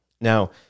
Now